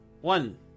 one